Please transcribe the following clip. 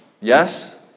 Yes